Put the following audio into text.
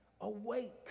awake